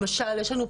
למשל,